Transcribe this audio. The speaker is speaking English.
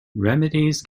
remedies